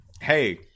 Hey